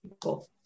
cool